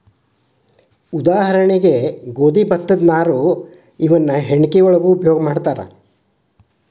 ಉದಾಹರಣೆಗೆ ಗೋದಿ ಭತ್ತದ ನಾರು ಇವನ್ನ ಹೆಣಕಿ ಒಳಗು ಉಪಯೋಗಾ ಮಾಡ್ತಾರ